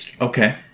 Okay